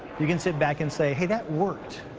you can sit back and say, that worked.